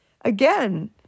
again